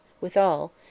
withal